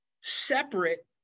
separate